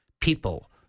people